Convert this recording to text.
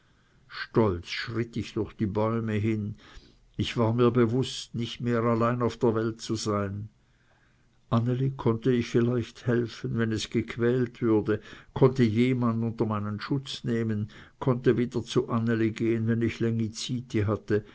stolz schritt ich heim ich war mir bewußt nicht mehr allein auf der welt zu sein anneli konnte ich vielleicht helfen wenn es gequält würde konnte jemand unter meinen schutz nehmen konnte wieder zu anneli gehen wenn ich längi zyti hatte